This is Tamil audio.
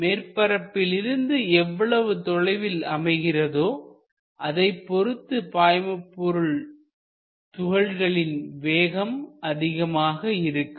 மேற்பரப்பிலிருந்து எவ்வளவு தொலைவில் அமைகிறதோ அதைப் பொறுத்து பாய்மபொருள் துகள்களின் வேகம் அதிகமாக இருக்கும்